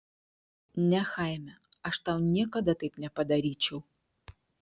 ne chaime aš tau niekada taip nepadaryčiau